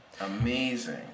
Amazing